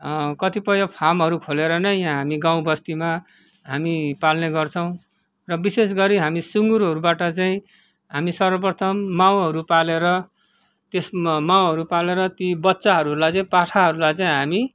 कतिपय फार्महरू खोलेर नै यहाँ हामी गाउँ बस्तीमा हामी पाल्ने गर्छौँ र विशेष गरी हामी सुँगुरहरूबाट चाहिँ हामी सर्वप्रथम माउहरू पालेर त्यसमा माउहरू पालेर ती बच्चाहरूलाई चाहिँ पाठाहरूलाई चाहिँ हामी